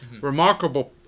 remarkable